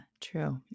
True